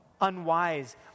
unwise